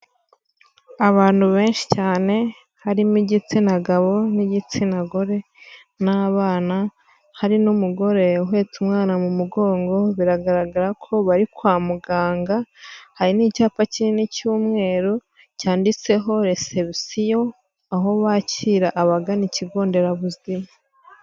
Abantu benshi cyane, harimo igitsina gabo n'igitsina gore n'abana, hari n'umugore uhetse umwana mu mugongo, biragaragara ko bari kwa muganga, hari n'icyapa kinini cy'umweru, cyanditseho reception, aho bakira abagana ikigo nderabuzima.